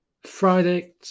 Friday